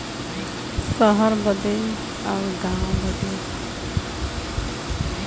सहर बदे अउर गाँव बदे